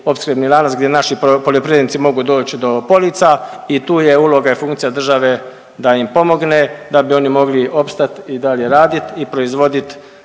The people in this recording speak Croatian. opskrbni lanac gdje naši poljoprivrednici mogu doć do polica i tu je uloga i funkcija države da im pomogne da bi oni mogli opstat i dalje radit i proizvodit,